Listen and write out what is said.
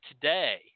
today